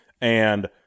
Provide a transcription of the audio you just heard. And-